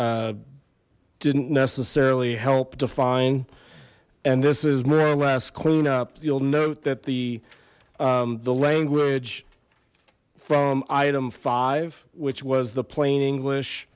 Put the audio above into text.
existing didn't necessarily help define and this is more or less clean up you'll note that the the language from item five which was the plain english